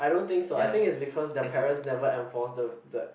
I don't think so I think is because their parents never enforce the the